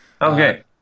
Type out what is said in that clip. Okay